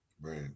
Right